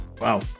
Wow